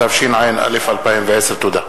התשע"א 2010. תודה.